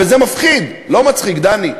וזה מפחיד, לא מצחיק, דני.